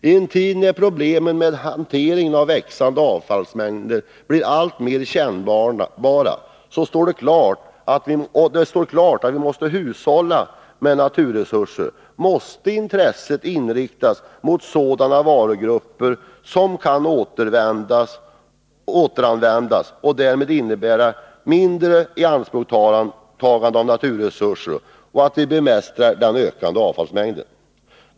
I en tid när problemen med hantering av växande avfallsmängder blir alltmer kännbara, och det står klart att vi måste hushålla med naturresurser, måste intresset inriktas mot sådana varugrupper som kan återanvändas och som därmed innebär mindre ianspråktagande av naturresurser och medför att vi kan bemästra den ökade avfallsmängden.